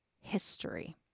history